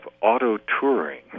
auto-touring